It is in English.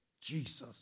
Jesus